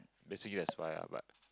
basically you aspire lah but